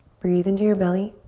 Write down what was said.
breathe into your belly.